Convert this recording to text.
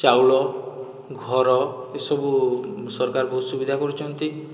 ଚାଉଳ ଘର ଏହି ସବୁ ସରକାର ବହୁତ ସୁବିଧା କରୁଛନ୍ତି